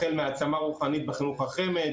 החל מהעצמה רוחנית בחינוך החמ"ד,